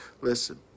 Listen